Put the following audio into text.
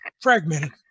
fragmented